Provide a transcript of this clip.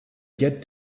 get